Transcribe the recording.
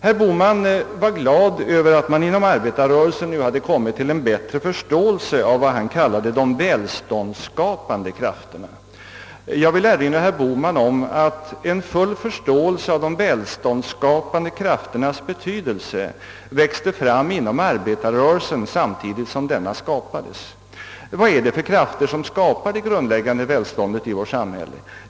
Herr Bohman var glad över att man inom arbetarrörelsen nu hade nått fram till en bättre förståelse för vad han kallade de välståndsskapande krafterna. Jag vill erinra herr Bohman om att en full förståelse för de välståndsskapande krafternas betydelse växte fram inom arbetarrörelsen samtidigt som denna skapades. Vad är det för krafter som skapar det grundläggande välståndet i vårt samhälle?